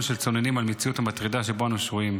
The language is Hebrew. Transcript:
של צוננים על המציאות המטרידה שבה אנו שרויים.